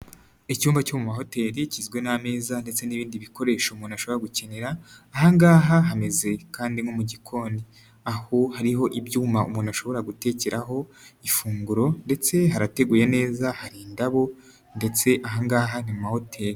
Icyumba cyo mu mahoteli kizwi ni ameza ndetse n'ibindi bikoresho umuntu ashobora gukenera, ahangaha hameze kandi nko mu gikoni aho hariho ibyuma umuntu ashobora gutekeraho ifunguro ndetse harateguye neza hari indabo ndetse aha ngaha ni mu mahoteli.